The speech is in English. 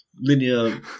linear